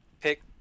pick